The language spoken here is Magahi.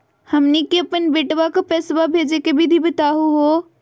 हमनी के अपन बेटवा क पैसवा भेजै के विधि बताहु हो?